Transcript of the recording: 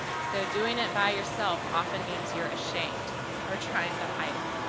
so doing it by yourself often means you're ashamed or trying to hide it.